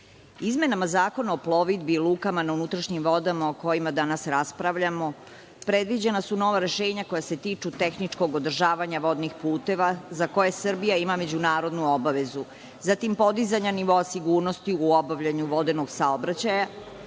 izmenama Zakona o plovidbi, lukama na unutrašnjim vodama o kojima danas raspravljamo predviđena su nova rešenja koja se tiču tehničkog održavanja vodnih puteva za koje Srbija ima međunarodnu obavezu, zatim podizanja nivoa sigurnosti u obavljanju vodenog saobraćaja,